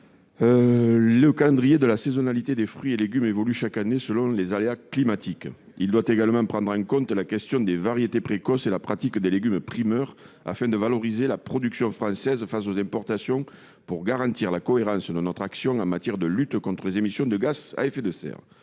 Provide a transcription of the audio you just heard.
Le calendrier de la saisonnalité des fruits et légumes change chaque année selon les aléas climatiques. Il faut également prendre en compte la question des variétés précoces et la pratique des légumes en primeur, afin de valoriser la production française face aux importations et de garantir la cohérence de notre action en matière de lutte contre les émissions de gaz à effet de serre.